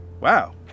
Wow